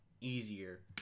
easier